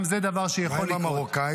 גם זה דבר שיכול לקרות.